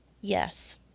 yes